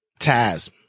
Taz